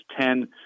ten